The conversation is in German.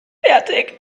fertig